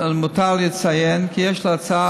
למותר לציין כי יש להצעה עלויות כספיות,